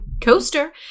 Coaster